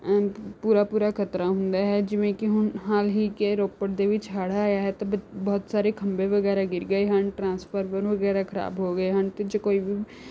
ਪੂਰਾ ਪੂਰਾ ਖ਼ਤਰਾ ਹੁੰਦਾ ਹੈ ਜਿਵੇਂ ਕਿ ਹੁਣ ਹਾਲ ਹੀ ਕਿ ਰੋਪੜ ਦੇ ਵਿੱਚ ਹੜ੍ਹ ਆਇਆ ਹੈ ਅਤੇ ਬ ਬਹੁਤ ਸਾਰੇ ਖੰਭੇ ਵਗੈਰਾ ਗਿਰ ਗਏ ਹਨ ਟਰਾਂਸਫਾਰਮਰ ਵਗੈਰਾ ਖ਼ਰਾਬ ਹੋ ਗਏ ਹਨ ਅਤੇ ਜੇ ਕੋਈ ਵੀ